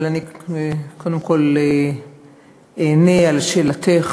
אבל אני קודם כול אענה על שאלתך,